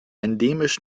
endemisch